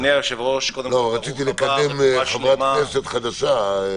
רציתי לקדם חברת כנסת חדשה.